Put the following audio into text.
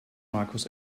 markus